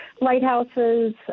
lighthouses